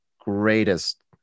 greatest